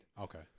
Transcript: okay